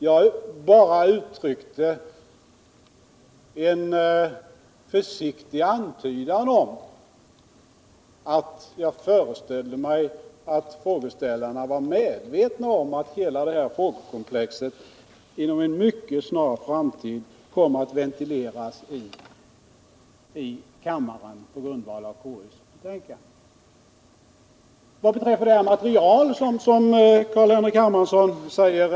Jag bara gjorde en försiktig antydan om att jag föreställde mig att frågeställarna var medvetna om att hela frågekomplexet inom en mycket snar framtid kom att ventileras i kammaren på grundval av konstitutionsutskottets betänkande.